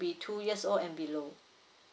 be two years old and below